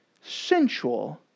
sensual